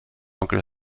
onkel